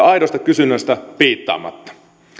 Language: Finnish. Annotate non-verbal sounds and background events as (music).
(unintelligible) aidosta kysynnästä piittaamatta